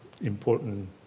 important